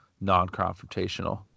non-confrontational